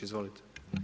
Izvolite.